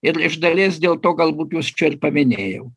ir iš dalies dėl to galbūt juos čia ir paminėjau